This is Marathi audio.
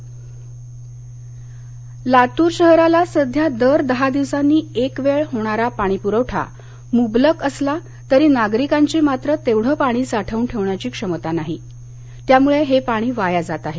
पाणी लातर लातूर शहराला सध्या दर दहा दिवसांनी एकवेळ होणारा पाणी पुरवठा मुबलक असला तरी नागरिकांची मात्र तेवढं पाणी साठवून ठेवण्याची क्षमता नाही त्यामुळे हे पाणी वाया जात आहे